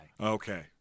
Okay